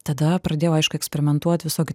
tada pradėjau aišku eksperimentuot visokių